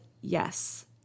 yes